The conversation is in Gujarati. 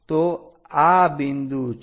તો આ બિંદુ છે